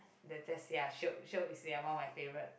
that~ that's ya shiok shiok is ya one of my favourite